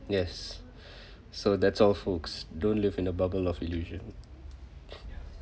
yes so that's all folks don't live in a bubble of illusion